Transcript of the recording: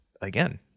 again